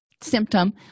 symptom